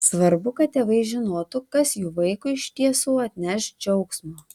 svarbu kad tėvai žinotų kas jų vaikui iš tiesų atneš džiaugsmo